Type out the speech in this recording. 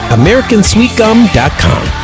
americansweetgum.com